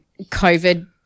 COVID